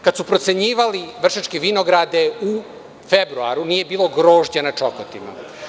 Kada su procenjivali Vršačke vinograde u februaru nije bilo grožđa na čokotima.